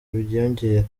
byiyongera